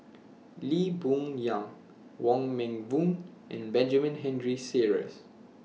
Lee Boon Yang Wong Meng Voon and Benjamin Henry Sheares